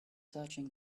searching